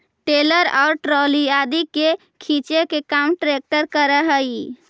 trailer और trolley आदि के खींचे के काम ट्रेक्टर करऽ हई